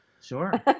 sure